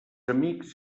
amics